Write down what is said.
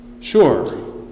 Sure